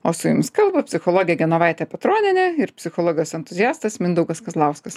o su jumis kalba psichologė genovaitė petronienė ir psichologas entuziastas mindaugas kazlauskas